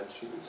shoes